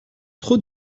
trop